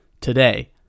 today